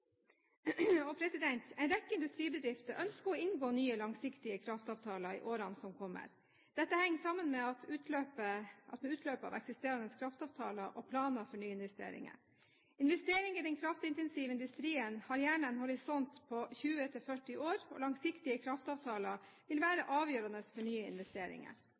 i industrien. En rekke industribedrifter ønsker å inngå nye langsiktige kraftavtaler i årene som kommer. Dette henger sammen med utløpet av eksisterende kraftavtaler og planer for nyinvesteringer. Investeringer i den kraftintensive industrien har gjerne en horisont på 20–40 år, og langsiktige kraftavtaler vil være avgjørende for nye investeringer.